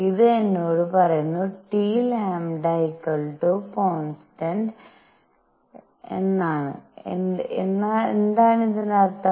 ഇത് എന്നോട് പറയുന്നു Tλസ്ഥിരം എന്നാണ് എന്താണിതിനർത്ഥം